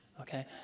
okay